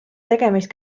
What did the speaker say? tegemist